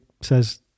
says